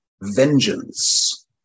vengeance